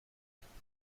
داروهای